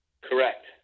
Correct